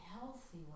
healthy